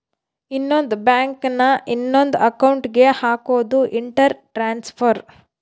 ಇನ್ನೊಂದ್ ಬ್ಯಾಂಕ್ ನ ಇನೊಂದ್ ಅಕೌಂಟ್ ಗೆ ಹಕೋದು ಇಂಟರ್ ಟ್ರಾನ್ಸ್ಫರ್